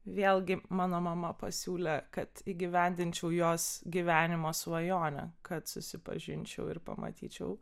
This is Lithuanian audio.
vėlgi mano mama pasiūlė kad įgyvendinčiau jos gyvenimo svajonę kad susipažinčiau ir pamatyčiau